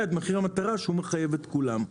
את מחיר המטרה שהוא מחייב את כולם.